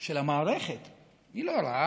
של המערכת היא לא רעה,